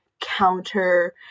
counter